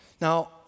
Now